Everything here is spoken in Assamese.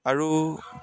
আৰু